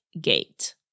gate